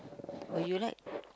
will you like